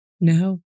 No